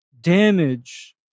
damage